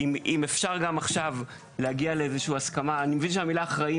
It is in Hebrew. אם אפשר גם עכשיו להגיע לאיזושהי הסכמה אני מבין שהמילה "אחראי"